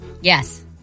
Yes